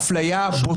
זה מה שעשית עכשיו.